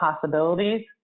possibilities